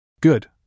Good